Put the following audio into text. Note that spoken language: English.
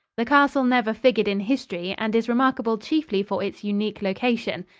the castle never figured in history and is remarkable chiefly for its unique location.